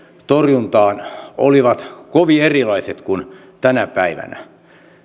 torjuntaan olivat kovin erilaiset kuin tänä päivänä